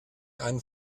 einen